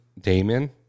damon